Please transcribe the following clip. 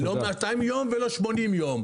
לא 200 ימים ולא 80 ימים.